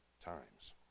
times